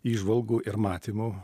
įžvalgų ir matymų